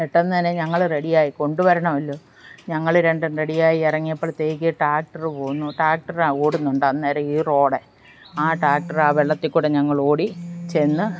പെട്ടെന്നു തന്നെ ഞങ്ങൾ റെഡി ആയി കൊണ്ടുവരണമല്ലോ ഞങ്ങൾ രണ്ടും റെഡി ആയി ഇറങ്ങിയപ്പോഴത്തേക്ക് ടാക്ടർ പോകുന്നു ടാക്ടർ ഓടുന്നുണ്ട് അന്നേരം ഈ റോഡിൽ ആ ടാക്ടർ ആ വെള്ളത്തിൽ കൂടി ഞങ്ങളോടി ചെന്ന്